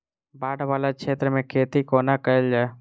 बाढ़ वला क्षेत्र मे खेती कोना कैल जाय?